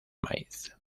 maíz